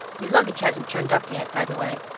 your luggage hasn't turned up yet, by the way,